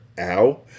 Ow